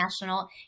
National